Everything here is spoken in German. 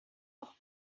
auch